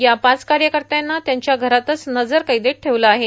या पाच कार्यकर्त्याना त्यांच्या घरातच नजर कैदेत ठेवलं आहे